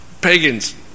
Pagans